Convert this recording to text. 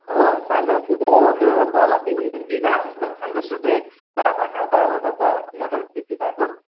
हो पाँच दस रुपियाँ अब त्यो तल त्यो दिँदाओर्दा पाँच दस रुपियाँ नाफा खाँदाओर्दा त मटर त्यति भएको